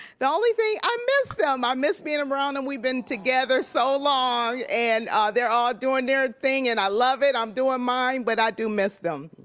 the only thing i miss them. i miss being around them. we've been together so long, and they're all doing their thing and i love it. i'm doing mine, but i do miss them.